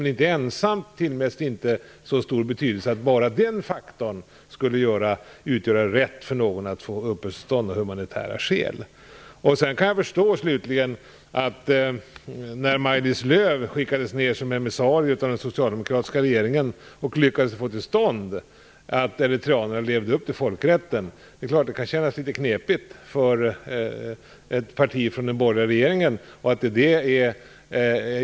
Enbart den faktorn tillmäts inte så stor betydelse att den utgör en rätt för någon att få uppehållstillstånd av humanitära skäl. Jag kan förstå att det kan kännas litet knepigt för ett parti från den borgerliga regeringen att Maj-Lis Lööw, när hon skickades som emissarie av den socialdemokratiska regeringen, lyckades få eritreanerna att leva upp till folkrätten.